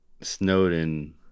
Snowden